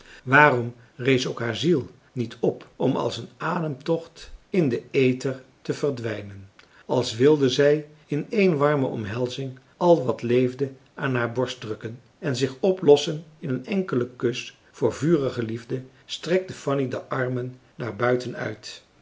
waarom rees ook haar ziel niet op om als een ademtocht in den aether te verdwijnen als wilde zij in één warme omhelzing al wat leefde aan haar borst drukken en zich oplossen in een enkelen kus voor vurige liefde strekte fanny de armen naar buiten uit